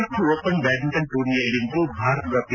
Singapore open badminton ಟೂರ್ನಿಯಲ್ಲಿಂದು ಭಾರತದ P